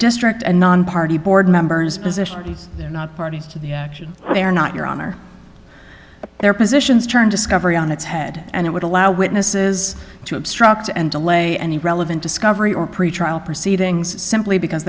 district and nonparty board members position they're not party to the action they are not your honor their positions turn discovery on its head and it would allow witnesses to obstruct and delay any relevant discovery or pretrial proceedings simply because